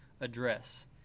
address